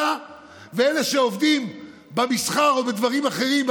ואלה שעובדים במסחר או בדברים אחרים,